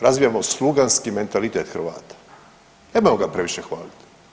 Razvijamo sluganski mentalitet Hrvata, nemojmo ga previše hvaliti.